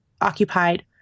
occupied